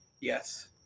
Yes